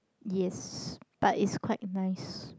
yes but is quite nice